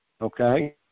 okay